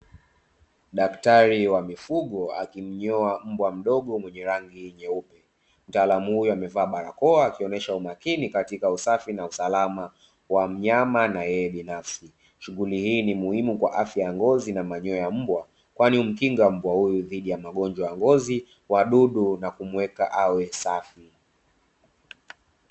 Daktari wa mifugo akimnyoa mbwa mdogo mwenye rangi nyeupe. Mtaalamu huyo amevaa barakoa akionyesha umakini katika usafi na usalama wa mnyama na yeye binafsi. Shughuli hii ni muhimu kwa afya ya ngozi na manyoya ya mbwa kwani humkinga mbwa huyu dhidi ya magonjwa ya ngozi, wadudu na kumuweka awe safi